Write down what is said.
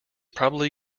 probably